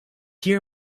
hear